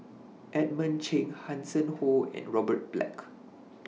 Edmund Cheng Hanson Ho and Robert Black